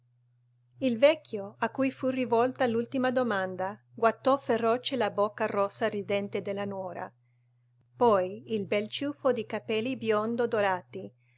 il vecchio a cui fu rivolta l'ultima domanda guatò feroce la bocca rossa ridente della nuora poi il bel ciuffo di capelli biondo-dorati